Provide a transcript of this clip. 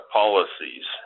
policies